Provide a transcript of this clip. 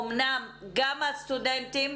אמנם גם הסטודנטים,